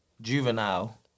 juvenile